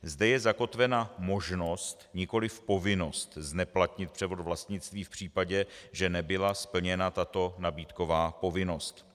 Zde je zakotvena možnost nikoliv povinnost zneplatnit převod vlastnictví v případě, že nebyla tato nabídková povinnost splněna.